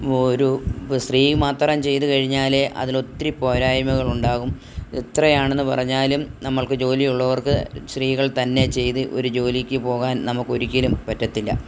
ഓരോ സ്ത്രീ മാത്രം ചെയ്ത് കഴിഞ്ഞാല് അതിലൊത്തിരി പോരായ്മകളുണ്ടാകും എത്രയാണെന്ന് പറഞ്ഞാലും നമ്മൾക്ക് ജോലി ഉള്ളവർക്ക് സ്ത്രീകൾ തന്നെ ചെയ്ത് ഒരു ജോലിക്ക് പോകാൻ നമുക്കൊരിക്കലും പറ്റത്തില്ല